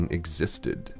existed